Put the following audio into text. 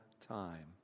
time